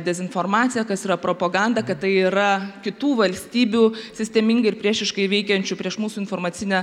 dezinformacija kas yra propoganda kad tai yra kitų valstybių sistemingai ir priešiškai veikiančių prieš mūsų informacinę